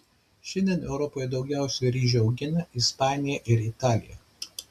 šiandien europoje daugiausiai ryžių augina ispanija ir italija